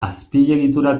azpiegitura